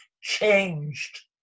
changed